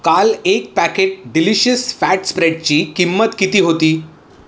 काल एक packet delicious fat स्प्रेडची किंमत किती होती